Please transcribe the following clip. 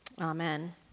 amen